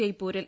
ജയ്പൂരിൽ